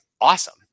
awesome